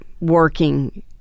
working